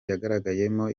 yagaragayemo